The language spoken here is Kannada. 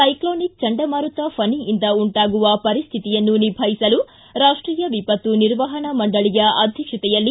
ಸೈಕ್ಲೋನಿಕ್ ಚಂಡಮಾರುತ ಫನಿಯಿಂದ ಉಂಟಾಗುವ ಪರಿಸ್ಕಿತಿಯನ್ನು ನಿಭಾಯಿಸಲು ರಾಷ್ಟೀಯ ವಿಪತ್ತು ನಿರ್ವಹಣಾ ಮಂಡಳಿಯ ಅಧ್ಯಕ್ಷತೆಯಲ್ಲಿ